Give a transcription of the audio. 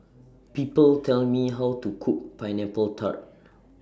People Tell Me How to Cook Pineapple Tart